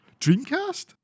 Dreamcast